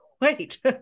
Wait